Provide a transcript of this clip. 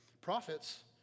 Prophets